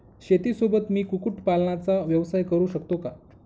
शेतीसोबत मी कुक्कुटपालनाचा व्यवसाय करु शकतो का?